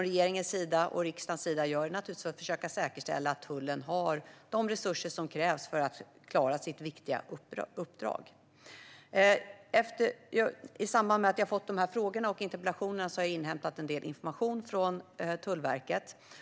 Regeringen och riksdagen ska försöka säkerställa att Tullverket har de resurser som krävs för att klara sitt viktiga uppdrag. I samband med att jag har fått frågan och interpellationen har jag inhämtat en del information från Tullverket.